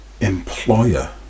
employer